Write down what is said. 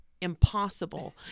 impossible